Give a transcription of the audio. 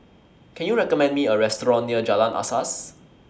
Can YOU recommend Me A Restaurant near Jalan Asas